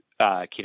keto